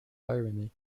irony